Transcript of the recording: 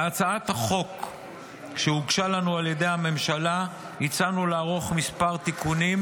בהצעת החוק שהוגשה לנו על ידי הממשלה הצענו לערוך כמה תיקונים,